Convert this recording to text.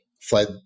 fled